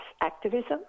activism